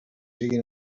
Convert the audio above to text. sigui